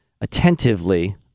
Attentively